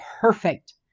perfect